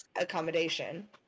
accommodation